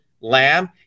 lamb